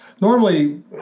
Normally